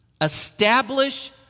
Establish